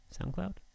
soundcloud